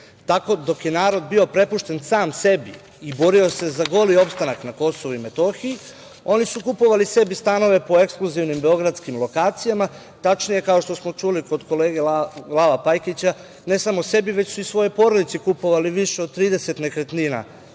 džepovima. Dok je narod bio prepušten sam sebi i borio se za goli opstanak na Kosovu i Metohiji, oni su kupovali sebi stanove po ekskluzivnim beogradskim lokacijama. Tačnije, kao što smo čuli kod kolege Lava Pajkića, ne samo sebi, već su i svojoj porodici kupovali više od 30 nekretnina